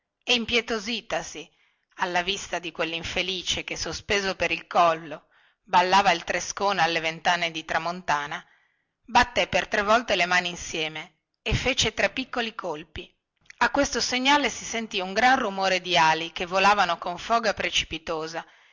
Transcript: e impietositasi alla vista di quellinfelice che sospeso per il collo ballava il trescone alle ventate di tramontana batté per tre volte le mani insieme e fece tre piccoli colpi a questo segnale si sentì un gran rumore di ali che volavano con foga precipitosa